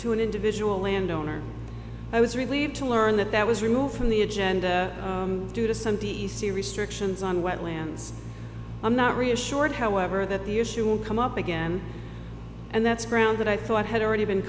to an individual landowner i was relieved to learn that that was removed from the agenda due to some d c restrictions on wetlands i'm not reassured however that the issue will come up again and that's ground that i thought had already been